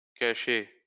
cache